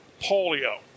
polio